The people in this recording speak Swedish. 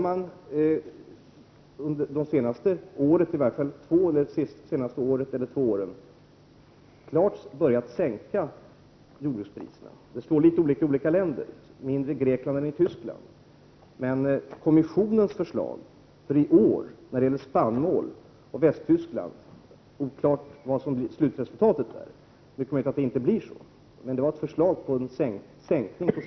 Prissänkningarna slår litet olika i olika länder — mindre för Grekland än för Västtyskland. Visserligen går det inte att förutse slutresultatet, men kommissionens förslag för i år beträffande spannmål och Västtyskland innebär en sänkning med